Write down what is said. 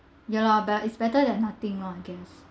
ya lah but it's better than nothing lah I guess